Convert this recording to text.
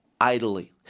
idly